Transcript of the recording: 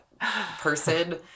person